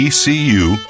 ecu